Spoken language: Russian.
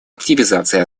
активизации